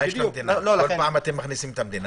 מה אתם מכניסים את המדינה?